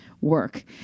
work